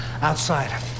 Outside